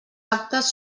actes